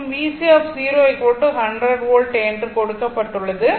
மற்றும் VC100 volt என்று கொடுக்கப்பட்டுள்ளது